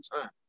time